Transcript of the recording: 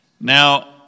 Now